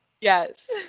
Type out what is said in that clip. Yes